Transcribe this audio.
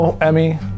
emmy